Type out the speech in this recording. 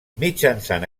mitjançant